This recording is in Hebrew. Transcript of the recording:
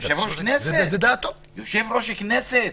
של יושב-ראש הכנסת?